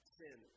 sin